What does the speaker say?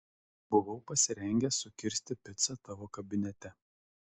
buvau pasirengęs sukirsti picą tavo kabinete